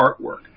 artwork